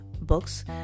books